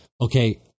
Okay